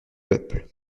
peuple